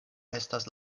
estas